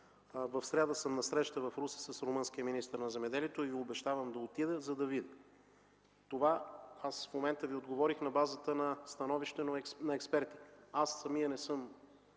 В сряда съм на среща в Русе с румънския министър на земеделието и Ви обещавам да отида, за да видя. Това, което Ви отговорих, е на базата на становище на експерти. Аз самият не съм